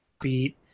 beat